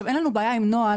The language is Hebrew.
אין לנו בעיה עם נוהל,